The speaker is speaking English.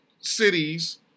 cities